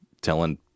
telling